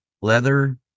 leather